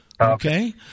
Okay